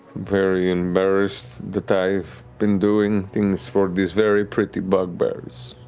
very embarrassed that i've been doing things for these very pretty bugbears.